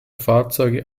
fahrzeuge